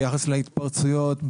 ביחס להתפרצויות,